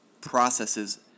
processes